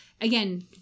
Again